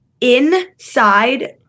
inside